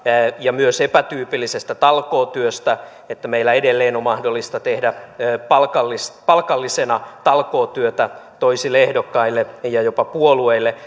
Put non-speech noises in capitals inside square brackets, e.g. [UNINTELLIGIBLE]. ja myös epätyypillisestä talkootyöstä eli siitä että meillä edelleen on mahdollista tehdä palkallisena palkallisena talkootyötä toisille ehdokkaille ja jopa puolueille [UNINTELLIGIBLE]